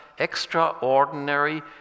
extraordinary